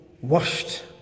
washed